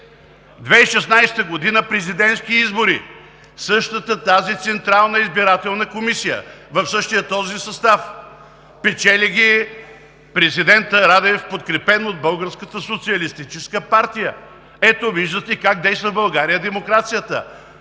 2016 г. президентски избори – същата тази Централна избирателна комисия, в същия този състав – печели ги президента Радев, подкрепен от Българската социалистическа партия. Ето, виждате как действа в България демокрацията.